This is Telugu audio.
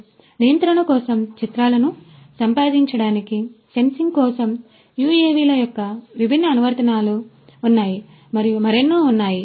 కాబట్టి నియంత్రణ కోసం చిత్రాలను సంపాదించడానికి సెన్సింగ్ కోసం UAV ల యొక్క విభిన్న అనువర్తనాలు ఉన్నాయి మరియు మరెన్నో ఉన్నాయి